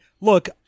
Look